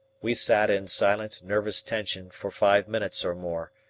we sat in silent nervous tension for five minutes or more,